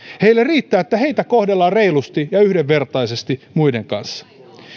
heille riittää että heitä kohdellaan reilusti ja yhdenvertaisesti muiden kanssa